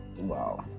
wow